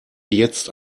jetzt